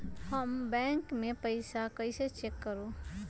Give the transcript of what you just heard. हमर बैंक में पईसा कईसे चेक करु?